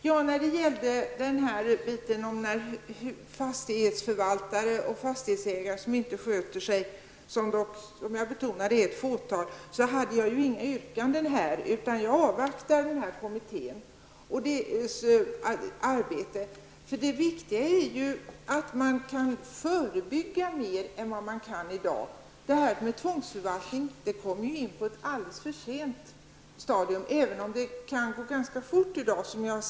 Jag hade inget yrkande när det gäller fastighetsförvaltare och fastighetsägare som inte sköter sig. Jag betonade också att det var ett fåtal. Jag avvaktar resultatet av kommmitténs arbete. Det viktiga är att man kan förebygga mer än vad man kan i dag. Tvångsförvaltning kommer in på ett alltför sent stadium, även om det kanske kan gå ganska fort i dag.